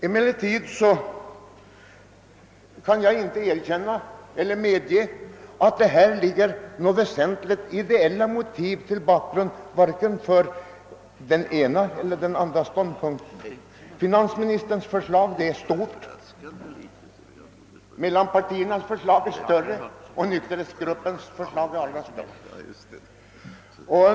Emellertid kan jag inte finna att det i det nu aktuella fallet väsentligen föreligger några ideella motiv till bakgrund för vare sig den ena eller den andra ståndpunkten. Finansministerns höjningsförslag är stort, mittenpartiernas är större och nykterhetsgruppens är allra störst.